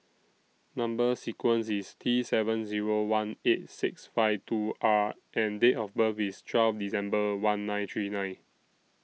Number sequence IS T seven Zero one eight six five two R and Date of birth IS twelve December one nine three nine